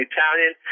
Italian